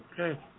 Okay